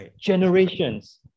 generations